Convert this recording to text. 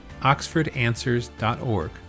OxfordAnswers.org